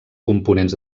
components